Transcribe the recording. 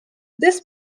this